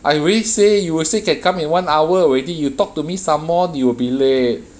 I already say you say can come in one hour already you talk to me some more you will be late